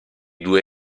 due